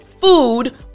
food